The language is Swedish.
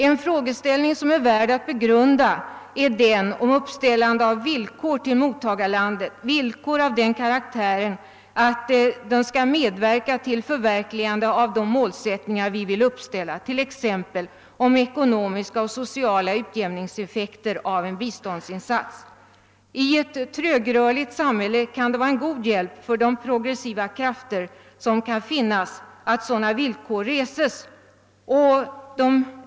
En frågeställning som är värd att begrunda är den om uppställande av villkor till mottagarlandet, villkor av den karaktären att landet skall medverka till förverkligandet av de målsättningar som vi vill uppställa, t.ex. om ekonomiska och sociala utjämningseffekter av en biståndsinsats. I ett trögrörligt samhälle kan det vara en god hjälp för de progressiva krafter som kan finnas att sådana villkor reses.